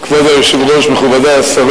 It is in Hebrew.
ענישה על עבירה חוזרת),